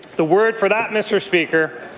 the word for that, mr. speaker,